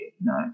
No